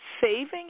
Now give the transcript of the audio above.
saving